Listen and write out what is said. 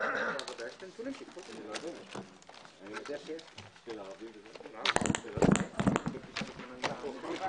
בשעה 10:56.